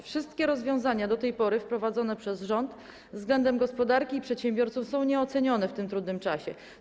Wszystkie rozwiązania do tej pory wprowadzone przez rząd względem gospodarki i przedsiębiorców są nieocenione w tym trudnym czasie.